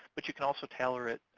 but you can also tailor it.